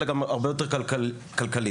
אלא הרבה יותר כלכלית.